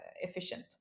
efficient